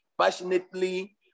passionately